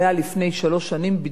בדיוק ב-29 ביולי,